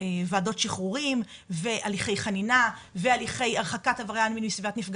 וועדות שחרורים והליכי חנינה והליכי הרחקת עבריין מין מסביבת נפגע